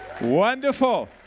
Wonderful